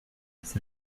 c’est